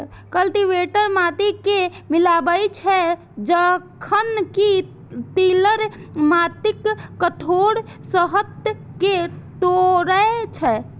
cultivator माटि कें मिलाबै छै, जखन कि टिलर माटिक कठोर सतह कें तोड़ै छै